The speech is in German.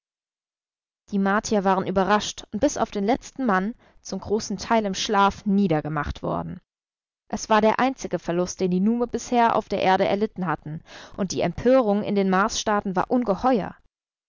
die martier waren überrascht und bis auf den letzten mann zum großen teil im schlaf niedergemacht worden es war der einzige verlust den die nume bisher auf der erde erlitten hatten und die empörung in den marsstaaten war ungeheuer